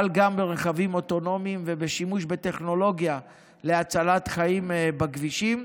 אבל גם ברכבים אוטונומיים ובשימוש בטכנולוגיה להצלת חיים בכבישים,